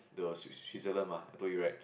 the sw~ Switzerland mah I told you right